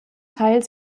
teil